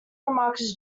remarks